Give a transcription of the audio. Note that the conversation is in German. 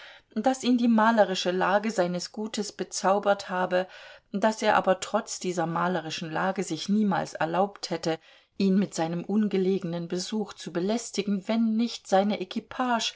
daß ihn die malerische lage seines gutes bezaubert habe daß er aber trotz dieser malerischen lage sich niemals erlaubt hätte ihn mit seinem ungelegenen besuch zu belästigen wenn nicht seine